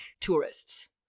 tourists